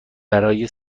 برای